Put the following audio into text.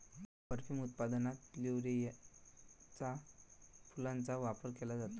perfume उत्पादनात प्लुमेरियाच्या फुलांचा वापर केला जातो